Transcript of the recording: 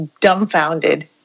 dumbfounded